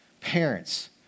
Parents